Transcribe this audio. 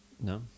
No